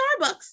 Starbucks